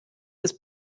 des